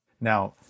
Now